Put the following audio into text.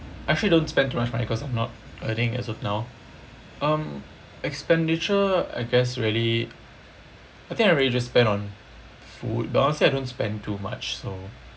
I actually don't spend too much money because I'm not earning as of now um expenditure I guess really I think I really just to spend on food but honestly I don't spend too much so